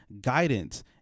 guidance